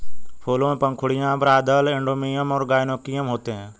फूलों में पंखुड़ियाँ, बाह्यदल, एंड्रोमियम और गाइनोइकियम होते हैं